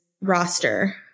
roster